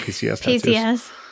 PCS